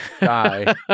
die